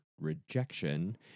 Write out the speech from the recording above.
rejection